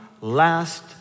last